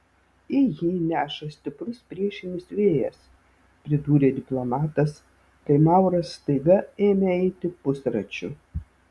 ir jį neša stiprus priešinis vėjas pridūrė diplomatas kai mauras staiga ėmė eiti pusračiu